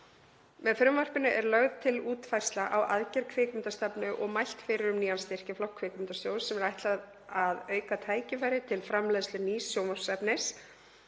Með frumvarpinu er lögð til útfærsla á aðgerð kvikmyndastefnu og mælt fyrir um nýjan styrkjaflokk Kvikmyndasjóðs sem er ætlað að auka tækifæri til framleiðslu nýs sjónvarpsefnis.